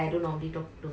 why